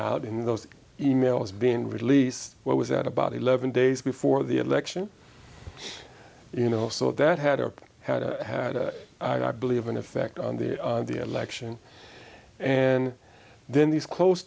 out in those e mails being released what was that about eleven days before the election you know so that had a had a had i believe an effect on the election and then these close